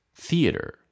theater